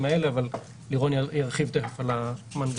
האלה אבל לירון ירחיב תכף על המנגנון.